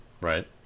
Right